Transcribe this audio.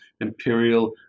imperial